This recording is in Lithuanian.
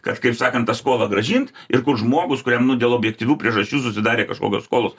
kažkaip sakant tą skolą grąžint ir kur žmogus kuriam nu dėl objektyvių priežasčių susidarė kažkokios skolos